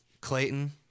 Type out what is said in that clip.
Clayton